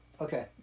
Okay